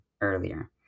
earlier